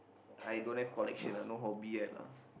I don't have collection ah no hobby yet lah